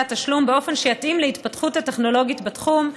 התשלום באופן שיתאים להתפתחות הטכנולוגית בתחום,